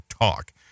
TALK